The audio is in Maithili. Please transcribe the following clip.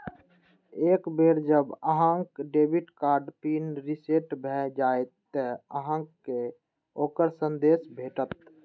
एक बेर जब अहांक डेबिट कार्ड पिन रीसेट भए जाएत, ते अहांक कें ओकर संदेश भेटत